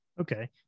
Okay